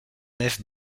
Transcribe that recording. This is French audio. nefs